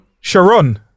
Sharon